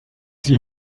sie